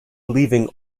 leaving